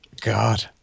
God